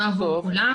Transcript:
לא עבור כולם.